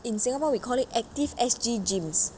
in singapore we call it active S_G gyms